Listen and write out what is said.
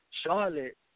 Charlotte